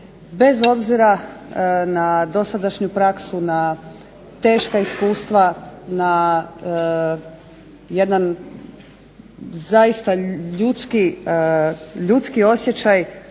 Bez obzira na dosadašnju praksu, na teška iskustva, na jedan zaista ljudski osjećaj